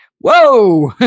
whoa